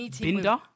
Binder